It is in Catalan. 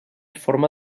forma